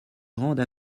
grande